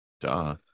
Duh